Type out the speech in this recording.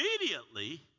Immediately